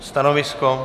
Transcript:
Stanovisko?